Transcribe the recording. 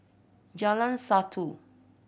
Jalan Satu